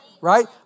right